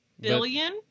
Billion